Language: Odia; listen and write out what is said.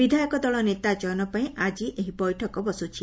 ବିଧାୟକ ଦଳ ନେତା ଚୟନ ପାଇଁ ଆଜି ଏହି ବୈଠକ ବସ୍ବଛି